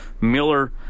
Miller